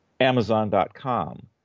Amazon.com